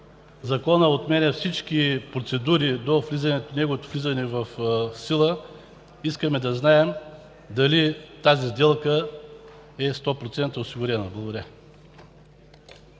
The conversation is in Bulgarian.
Законът отменя всички процедури до неговото влизане в сила, искаме да знаем дали тази сделка е 100% осигурена. Благодаря.